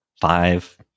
five